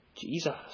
jesus